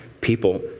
People